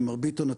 מר ביטון,